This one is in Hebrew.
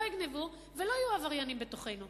לא יגנבו ולא יהיו עבריינים בתוכנו.